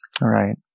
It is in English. Right